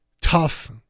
tough